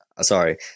sorry